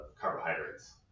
carbohydrates